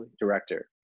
director